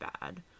bad